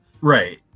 Right